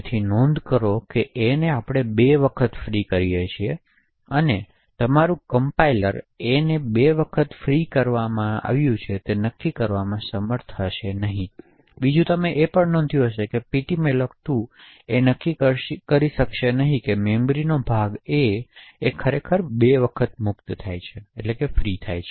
જેથી કરીને નોંધ રાખો કે a ને બે વાર મુક્ત કરવામાં આવે છે તેથી આમાં નોંધ્યું છે કે તમારું કમ્પાઇલર ફ્રી a બે વાર બોલાવ્યું છે તે નક્કી કરવામાં સમર્થ હશે નહીં બીજું તમે એ પણ નોંધ્યું છે કે ptmalloc2 એ નક્કી કરી શકશે નહીં કે મેમરીનો ભાગ a બે વાર મુક્ત થાય છે